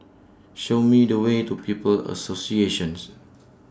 Show Me The Way to People's Associations